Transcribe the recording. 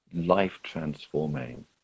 life-transforming